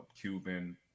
Cuban